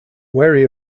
wary